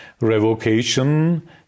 revocation